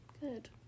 Good